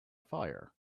fire